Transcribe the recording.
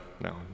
no